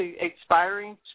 expiring